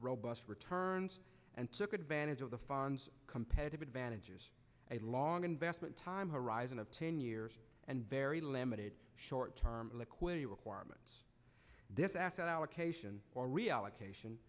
robust returns and took advantage of the funds competitive advantages a long investment time horizon of ten years and very limited short term liquid a requirement this asset allocation or reallocation